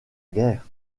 guerre